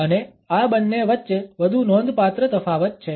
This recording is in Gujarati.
અને આ બંને વચ્ચે વધુ નોંધપાત્ર તફાવત છે